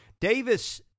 Davis